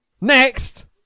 Next